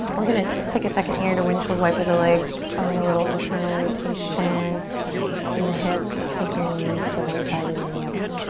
we're gonna just take a second here to windshield wiper the legs. just finding a little internal rotation in the hip. just take your knees to one side and then the other.